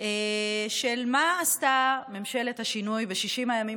של מה שעשתה ממשלת השינוי בשישים הימים